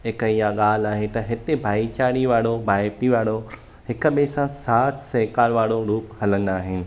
हिक इहा ॻाल्हि आहे त हिते भाइचारे वारो भाइपी वारो हिक ॿिए सां साथु सहिकार वारो रुख़ हलंदा आहिनि